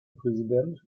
präsident